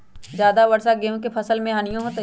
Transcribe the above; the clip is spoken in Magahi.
ज्यादा वर्षा गेंहू के फसल मे हानियों होतेई?